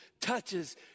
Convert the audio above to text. touches